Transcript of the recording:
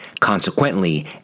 Consequently